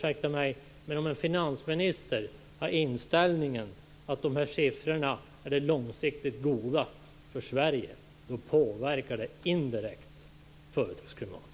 Ursäkta mig, men om en finansminister har inställningen att de här siffrorna är långsiktigt goda för Sverige, påverkar det indirekt företagsklimatet.